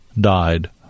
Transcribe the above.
died